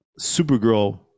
Supergirl